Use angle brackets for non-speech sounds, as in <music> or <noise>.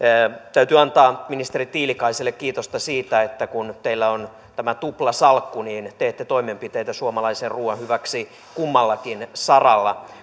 täytyy antaa ministeri tiilikaiselle kiitosta siitä että kun teillä on tämä tuplasalkku niin teette toimenpiteitä suomalaisen ruuan hyväksi kummallakin saralla <unintelligible>